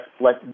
let